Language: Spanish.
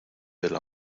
del